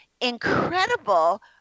incredible